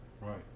Right